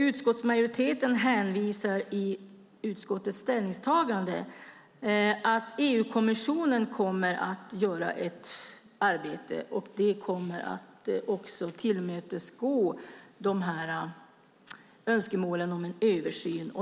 Utskottsmajoriteten hänvisar i utskottets ställningstagande till att EU-kommissionen kommer att göra ett arbete och att det kommer att tillgodose de här önskemålen om en översyn.